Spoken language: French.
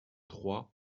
trois